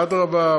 ואדרבה,